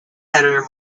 editor